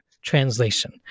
translation